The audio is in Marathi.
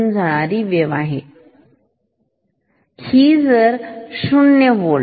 तर हा आहे 0 0 होल्ट